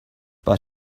but